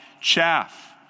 chaff